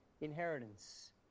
inheritance